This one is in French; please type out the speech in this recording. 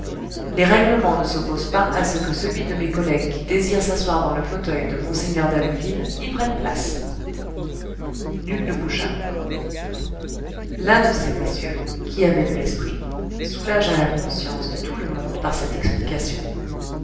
les règlements ne s'opposent pas à ce que celui de mes collègues qui désire s'asseoir dans le fauteuil de mgr d'abbeville y prenne place nul ne bougea l'un de ces messieurs qui avait de l'esprit soulagea la conscience de tout le monde par cette explication